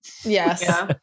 Yes